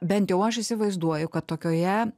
bent jau aš įsivaizduoju kad tokioje